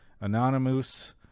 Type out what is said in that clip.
Anonymous